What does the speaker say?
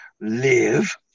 Live